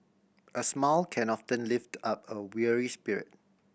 a smile can often lift up a weary spirit